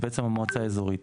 זאת בעצם המועצה האזורית.